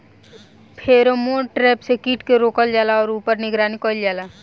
Pheromone trap से कीट के रोकल जाला और ऊपर निगरानी कइल जाला?